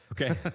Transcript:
okay